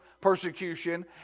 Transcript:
persecution